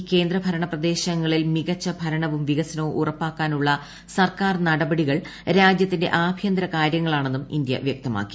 ഈ കേന്ദ്ര ഭരണ പ്രദേശങ്ങളിൽ മികച്ച ഭരണവും വികസനവും ഉറപ്പാക്കാനുള്ള സർക്കാർ നടപടികൾ രാജ്യത്തിന്റെ ആഭ്യന്തര കാര്യങ്ങളാണെന്നും ഇന്തൃ വൃക്തമാക്കി